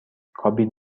کابین